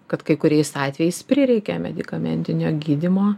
kad kai kuriais atvejais prireikia medikamentinio gydymo